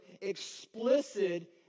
explicit